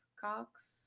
Cox